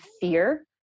fear